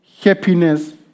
happiness